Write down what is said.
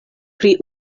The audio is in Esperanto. pri